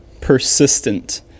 persistent